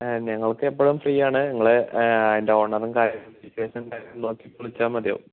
ഞങ്ങൾക്കെപ്പോഴും free ആണ് അതിൻ്റെ നോക്കിയിട്ട് വിളിച്ചാൽ മതിയാവും